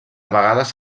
vegades